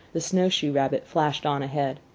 the snowshoe rabbit flashed on ahead.